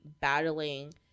battling